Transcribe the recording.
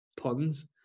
puns